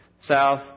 south